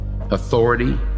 authority